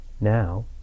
Now